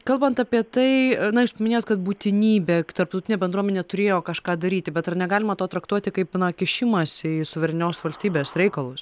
kalbant apie tai na jūs paminėjot kad būtinybė tarptautinė bendruomenė turėjo kažką daryti bet ar negalima to traktuoti kaip na kišimąsi į suverenios valstybės reikalus